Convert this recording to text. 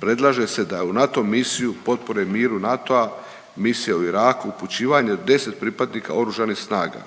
predlaže se da u NATO misiju potpore miru NATO-a, misija u Iraku, upućivanje 10 pripadnika OSRH.